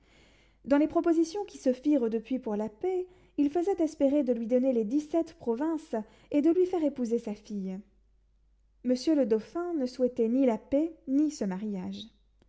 dans les propositions qui se firent depuis pour la paix il faisait espérer de lui donner les dix-sept provinces et de lui faire épouser sa fille monsieur le dauphin ne souhaitait ni la paix ni ce mariage